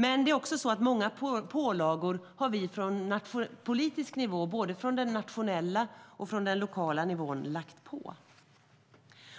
Men det finns också mycket som vi i politiken, både på den nationella nivån och på den lokala nivån, har lagt på.